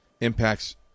Impact's